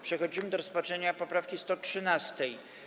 Przechodzimy do rozpatrzenia poprawki 113.